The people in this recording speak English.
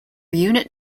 unit